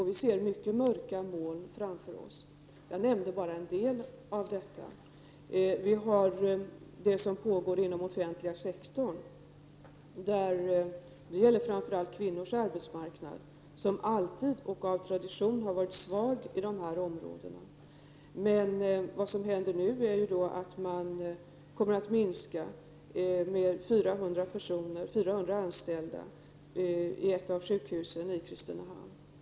Vi ser mycket mörka moln framför oss, och jag har hittills bara nämnt en del av detta. Den offentliga sektorn, som är framför allt kvinnornas arbetsmarknad, har alltid och av tradition varit svag i dessa områden. Nu kommer man i ett av sjukhusen i Kristinehamn att minska antalet anställda med 400.